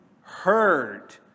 heard